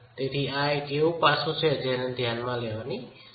તેથી આ એક એવું પાસું છે જેને ધ્યાનમાં લેવાની જરૂર છે